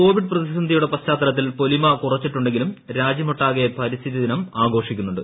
Covid പ്രതിസന്ധിയുടെ പശ്ചാത്തലത്തിൽ പൊലിമ കുറിച്ചിട്ടുണ്ടെങ്കിലും രാജ്യമൊട്ടാകെ പരിസ്ഥിതി ദിനം ആഘോഷിക്കുന്നുണ്ട്